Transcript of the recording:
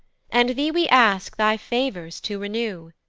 and thee we ask thy favours to renew,